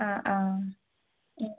ആ ആ